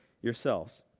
yourselves